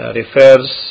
refers